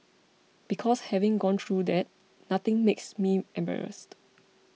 because having gone through that nothing makes me embarrassed